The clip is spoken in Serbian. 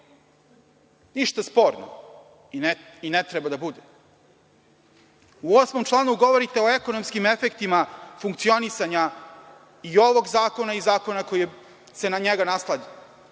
Ništa sporno i ne treba da bude. U 8. članu govorite o ekonomskim efektima funkcionisanja i ovog zakona i zakona koji se na njega naslanja